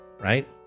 right